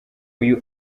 uyu